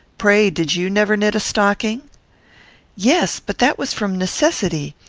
pray, did you never knit a stocking yes but that was from necessity.